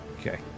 Okay